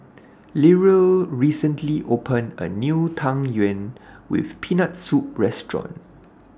recently opened A New Tang Yuen with Peanut Soup Restaurant